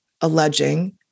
alleging